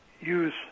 use